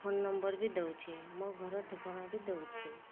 phone number ବି ଦେଉଛି ମୋ ଘର ଠିକଣା ବି ଦେଉଛି